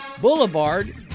Boulevard